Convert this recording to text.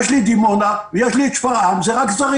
יש לי את דימונה ויש לי את שפרעם זה רק זרים.